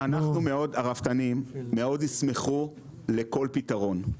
הרפתנים ישמחו לכל פתרון אפשרי.